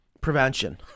prevention